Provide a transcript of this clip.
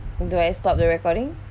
do I stop the recording